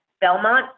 Belmont